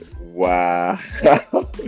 Wow